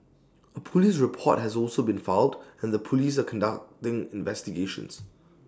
A Police report has also been filed and the Police are conducting investigations